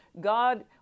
God